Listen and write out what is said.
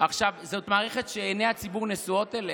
זאת מערכת שעיני הציבור נשואות אליה.